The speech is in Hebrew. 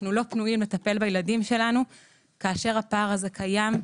אנחנו לא פנויים לטפל בילדים שלנו כאשר הפער הזה קיים.